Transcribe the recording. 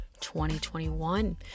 2021